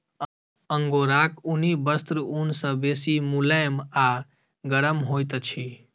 अंगोराक ऊनी वस्त्र ऊन सॅ बेसी मुलैम आ गरम होइत अछि